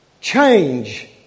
Change